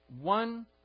one